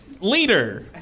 leader